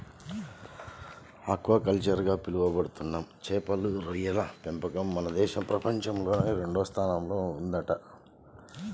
aquaculture గా పిలవబడుతున్న చేపలు, రొయ్యల పెంపకంలో మన దేశం ప్రపంచంలోనే రెండవ స్థానంలో ఉందంట